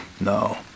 No